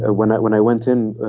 ah when i when i went in,